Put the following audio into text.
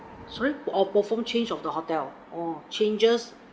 swap or perform change of the hotel orh changes